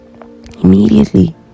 immediately